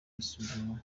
isuzuma